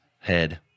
head